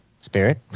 Spirit